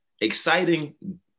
exciting